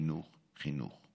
חינוך, חינוך,